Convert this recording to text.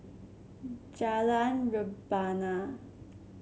Jalan Rebana